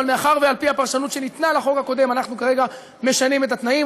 אבל מאחר שעל-פי הפרשנות שניתנה לחוק הקודם אנחנו כרגע משנים את התנאים,